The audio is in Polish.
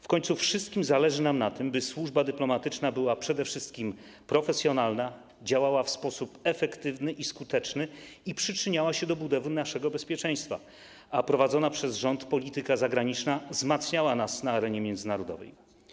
W końcu wszystkim nam zależy na tym, by służba dyplomatyczna była przede wszystkim profesjonalna, działała w sposób efektywny i skuteczny i przyczyniała się do budowy naszego bezpieczeństwa, a prowadzona przez rząd polityka zagraniczna wzmacniała nas na arenie międzynarodowej.